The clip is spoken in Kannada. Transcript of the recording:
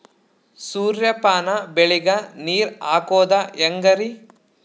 ಸೂರ್ಯಪಾನ ಬೆಳಿಗ ನೀರ್ ಹಾಕೋದ ಹೆಂಗರಿ?